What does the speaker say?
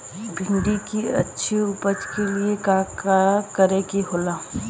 भिंडी की अच्छी उपज के लिए का का करे के होला?